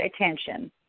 attention